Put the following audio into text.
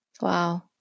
Wow